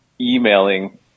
emailing